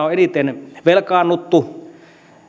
on eniten velkaannuttu